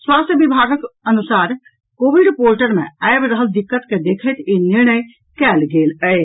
स्वास्थ्य विभागक अनुसार कोविड पोर्टल मे आबि रहल दिक्कत के देखैत ई निर्णय कयल गेल अछि